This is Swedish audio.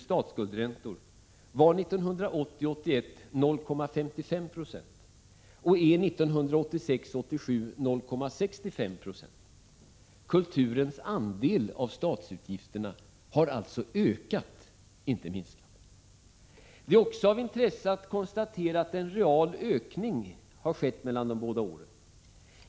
statsskuldsräntor, var 0,55 90 budgetåret 1980 87. Kulturens andel av statsutgifterna har alltså ökat, inte minskat. Det är också av intresse att konstatera att en real ökning har skett mellan de båda åren.